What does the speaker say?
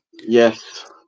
Yes